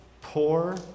poor